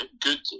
good